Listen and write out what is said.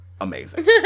amazing